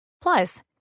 Plus